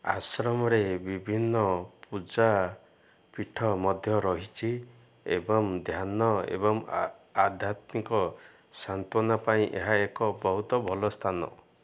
ଆଶ୍ରମରେ ବିଭିନ୍ନ ପୂଜାପୀଠ ମଧ୍ୟ ରହିଛି ଏବଂ ଧ୍ୟାନ ଏବଂ ଆଧ୍ୟାତ୍ମିକ ସାନ୍ତ୍ୱନା ପାଇଁ ଏହା ଏକ ବହୁତ ଭଲ ସ୍ଥାନ